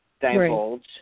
divulge